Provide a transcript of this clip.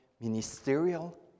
ministerial